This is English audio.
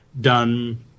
done